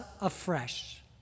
afresh